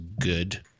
good